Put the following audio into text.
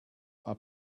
are